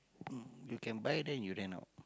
mm you can buy then you rent out